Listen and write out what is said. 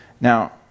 now